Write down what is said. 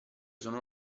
sono